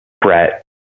Brett